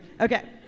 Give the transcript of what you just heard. Okay